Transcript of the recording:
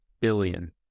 Billion